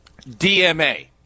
DMA